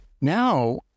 now